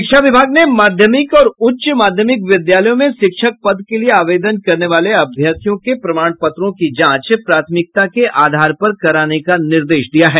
शिक्षा विभाग ने माध्यमिक और उच्च माध्यमिक विद्यालयों में शिक्षक पद के लिए आवेदन करने वाले अभ्यर्थियों के प्रमाण पत्रों की जांच प्राथमिकता के आधार पर कराने का निर्देश दिया है